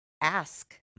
ask